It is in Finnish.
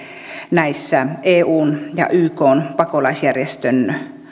näissä eun ja ykn pakolaisjärjestön